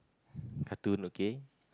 cartoon okay